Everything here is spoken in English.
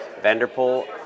Vanderpool